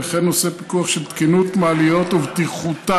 וכן נושא פיקוח של תקינות מעליות ובטיחותן.